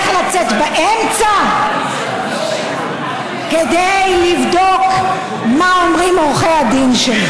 לצאת באמצע כדי לבדוק מה אומרים עורכי הדין שלו.